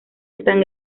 están